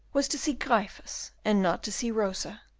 was to see gryphus and not to see rosa.